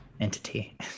Entity